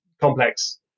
complex